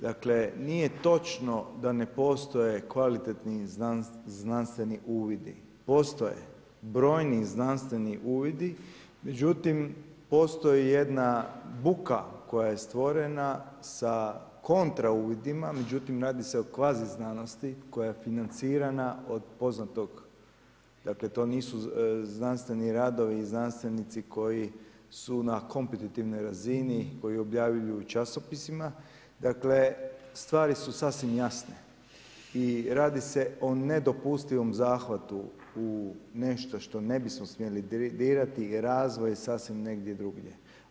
Dakle, nije točno da ne postoje kvalitetni znanstveni uvidi, postoje brojni znanstveni uvidi, međutim, postoji jedna buka koja je stvorena sa kontra uvidima, međutim radi se o kvazi znanosti koja je financirana od poznatog, dakle to nisu znanstveni radovi i znanstvenici koji su na kompetitivnoj razini, koji objavljuju u časopisima, dakle stvari su sasvim jasne i radi se o nedopustivom zahvatu u nešto što ne bismo smjeli dirati, razvoj je sasvim negdje drugdje.